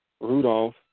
Rudolph